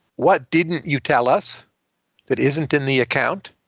what didn't you tell us that isn't in the account?